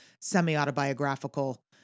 semi-autobiographical